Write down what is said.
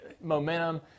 momentum